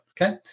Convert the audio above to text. okay